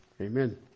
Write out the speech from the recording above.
amen